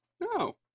No